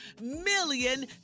million